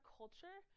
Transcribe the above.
culture